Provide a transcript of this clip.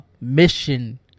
mission